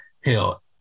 hell